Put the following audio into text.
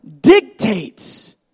dictates